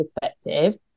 perspective